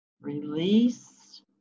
release